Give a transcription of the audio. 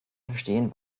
verstehen